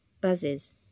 Buzzes